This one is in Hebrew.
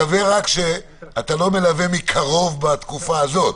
מקווה שאתה לא מלווה מקרוב בתקופה הזאת.